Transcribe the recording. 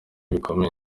bikomeye